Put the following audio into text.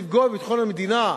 לפגוע בביטחון המדינה,